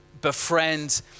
befriend